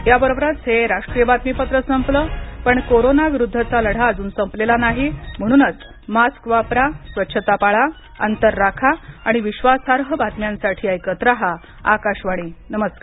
याबरोबरच हे राष्ट्रीय बातमीपत्र संपलं पण कोरोना विरुद्धचा लढा अजून संपलेला नाही म्हणूनच मास्क वापरा स्वच्छता पाळा अंतर राखा आणि विश्वासार्ह बातम्यांसाठी ऐकत रहा आकाशवाणी नमस्कार